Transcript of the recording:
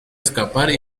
escapar